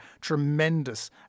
tremendous